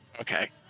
Okay